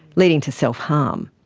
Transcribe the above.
leading to self-harm.